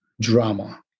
drama